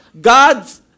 God's